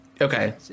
okay